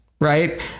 right